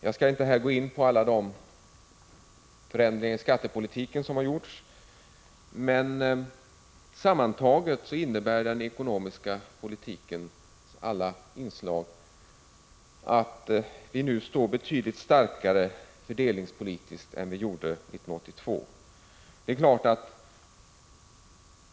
Jag skall inte här gå in på alla de förändringar i skattepolitiken som har gjorts, men sammantaget innebär den ekonomiska politikens alla inslag att vi nu står betydligt starkare fördelningspolitiskt än 1982.